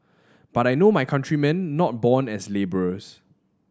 but I know my countrymen not born as labourers